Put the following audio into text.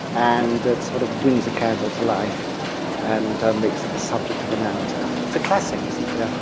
and it sort of brings a candle to life and makes it the subject of a narrative. it's a classic, isn't it. yeah